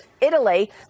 Italy